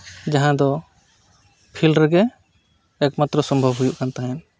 ᱡᱟᱦᱟᱸ ᱫᱚ ᱯᱷᱤᱞᱰ ᱨᱮᱜᱮ ᱮᱠᱢᱟᱛᱨᱚ ᱥᱚᱢᱵᱷᱚᱵ ᱦᱩᱭᱩᱜ ᱠᱟᱱ ᱛᱟᱦᱮᱸᱫ